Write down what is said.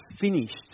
finished